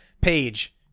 page